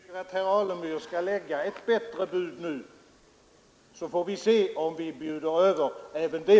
Herr talman! Jag tycker att herr Alemyr skall lägga ett bättre bud nu, så får vi se om vi bjuder över även det.